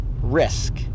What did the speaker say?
Risk